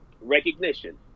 Recognition